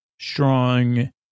strong